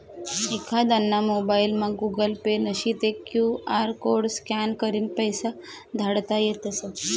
एखांदाना मोबाइलमा Google Pay नशी ते क्यु आर कोड स्कॅन करीन पैसा धाडता येतस